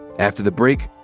after the break,